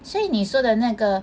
所以你说的那个